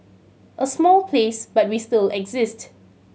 a small place but we still exist